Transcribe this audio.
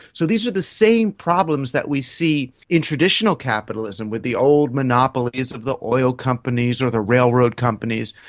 so these are the same problems that we see in traditional capitalism capitalism with the old monopolies of the oil companies or the railway companies,